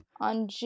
On